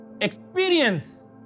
experience